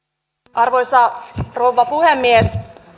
arvoisa rouva puhemies